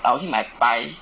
I would say 买白